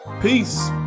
peace